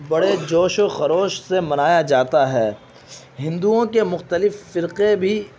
بڑے جوش و خروش سے منایا جاتا ہے ہندؤں کے مختلف فرقے بھی